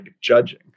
judging